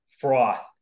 froth